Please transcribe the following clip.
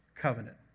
covenant